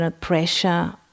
pressure